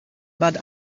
but